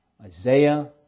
Isaiah